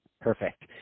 perfect